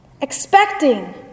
expecting